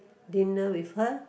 dinner with her